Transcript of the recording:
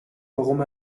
warum